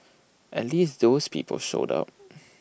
at least those people showed up